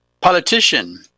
politician